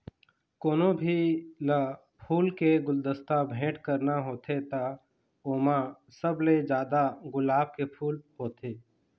कोनो भी ल फूल के गुलदस्ता भेट करना होथे त ओमा सबले जादा गुलाब के फूल होथे